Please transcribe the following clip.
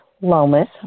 Lomas